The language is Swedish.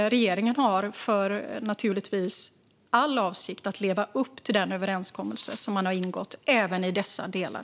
Regeringen har naturligtvis all avsikt att leva upp till den överenskommelse som man ingått även i dessa delar.